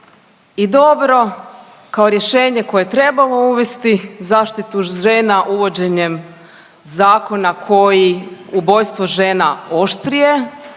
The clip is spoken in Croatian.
i dobro kao rješenje koje je trebalo uvesti zaštitu žena uvođenjem zakona koji ubojstvo žena oštrije